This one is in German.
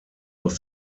aus